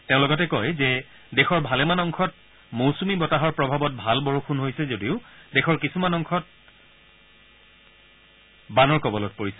তেওঁ লগতে কয় যে দেশৰ ভালেমান অংশত মৌচূমী বতাহৰ প্ৰভাৱত ভাল বৰষুণ হৈছে যদিও দেশৰ কিছুমান অংশ বানৰ কবলত পৰিছে